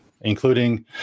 including